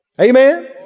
Amen